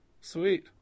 Sweet